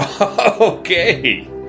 Okay